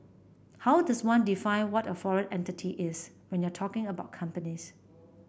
how does one define what a foreign entity is when you're talking about companies